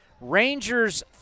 Rangers